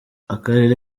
akarere